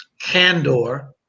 Candor